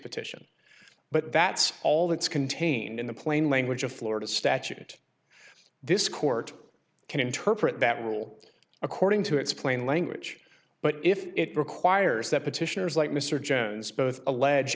petition but that's all that's contained in the plain language of florida statute this court can interpret that rule according to its plain language but if it requires that petitioners like mr jones both allege